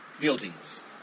buildings